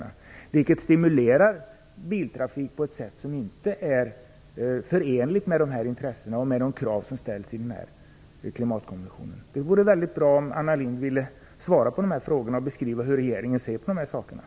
Dessa satsningar stimulerar biltrafik på ett sätt som inte är förenligt med de här intressena och med de krav som ställs i klimatkonventionen. Det vore mycket bra om Anna Lindh ville svara på de här frågorna och beskriva hur regeringen ser på dem.